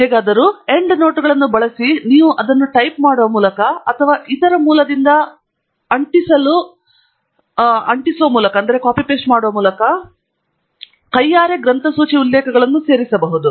ಹೇಗಾದರೂ ಎಂಡ್ನೋಟ್ಗಳನ್ನು ಬಳಸಿ ನೀವು ಅದನ್ನು ಟೈಪ್ ಮಾಡುವ ಮೂಲಕ ಅಥವಾ ಇತರ ಮೂಲದಿಂದ ಅಂಟಿಸಲು ನಕಲು ಮಾಡುವ ಮೂಲಕ ಕೈಯಾರೆ ಗ್ರಂಥಸೂಚಿ ಉಲ್ಲೇಖಗಳನ್ನು ಸೇರಿಸಬಹುದು